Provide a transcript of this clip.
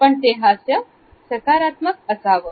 पण ते हास्य सकारात्मक असावं